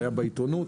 היה בעיתונות,